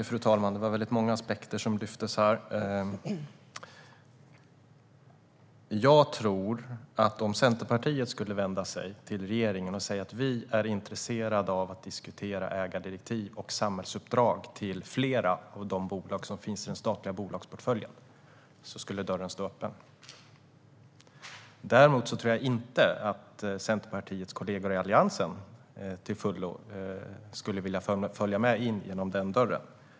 Fru talman! Det var många aspekter som lyftes fram här. Jag tror att om Centerpartiet skulle vända sig till regeringen och visa att man är intresserad av att diskutera ägardirektiv och samhällsuppdrag till flera av de bolag som finns i den statliga bolagsportföljen skulle dörren stå öppen. Däremot tror jag inte att Centerpartiets kollegor i Alliansen till fullo skulle vilja följa med in genom den dörren.